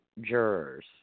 jurors